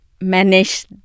manage